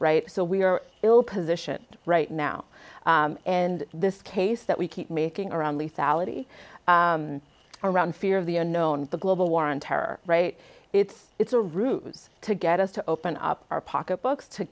right so we are ill positioned right now and this case that we keep making around lethality around fear of the unknown the global war on terror right it's it's a ruse to get us to open up our pocketbooks to